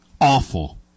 awful